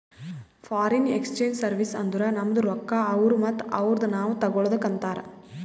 foreign exchange service ಅಂದುರ್ ನಮ್ದು ರೊಕ್ಕಾ ಅವ್ರು ಮತ್ತ ಅವ್ರದು ನಾವ್ ತಗೊಳದುಕ್ ಅಂತಾರ್